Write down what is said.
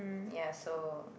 ya so